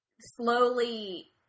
Slowly